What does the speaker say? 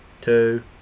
two